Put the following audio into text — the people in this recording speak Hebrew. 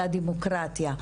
על הדמוקרטיה,